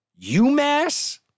UMass